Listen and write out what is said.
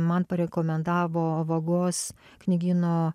man parekomendavo vagos knygyno